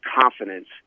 confidence